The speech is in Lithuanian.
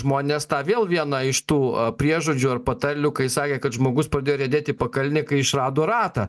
žmonės tą vėl viena iš tų priežodžių ar patarlių kai sakė kad žmogus pradėjo riedėti pakalnėn kai išrado ratą